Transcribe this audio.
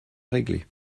réglées